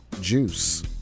juice